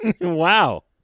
Wow